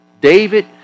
David